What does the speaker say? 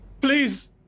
Please